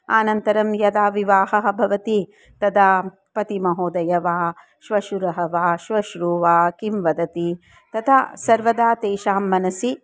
अनन्तरं यदा विवाहः भवति तदा पतिमहोदय वा श्वशुरः वा श्वश्रूः वा किं वदति तदा सर्वदा तेषां मनसि